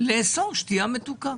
לאסור שתייה מתוקה.